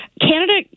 canada